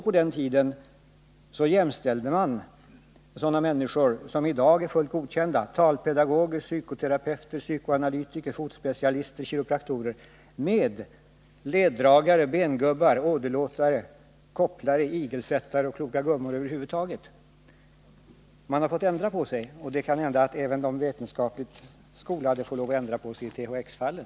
På den tiden jämställde man sådana människor som i dag är fullt godkända — talpedagoger, psykoterapeuter, psykoanalytiker, fotspecialister och kiropraktorer — med leddragare, bengubbar, åderlåtare, kopplare, igelsättare och kloka gubbar och gummor över huvud taget. Man har alltså fått ändra på sig, och det kan hända att även de vetenskapligt skolade får lov att ändra uppfattning i THX-fallet.